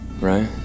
Right